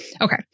Okay